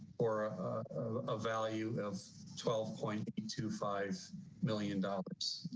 or a value of twelve point two five million dollars.